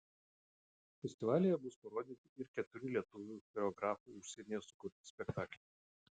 festivalyje bus parodyti ir keturi lietuvių choreografų užsienyje sukurti spektakliai